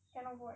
kind of what